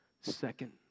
second